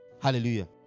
Hallelujah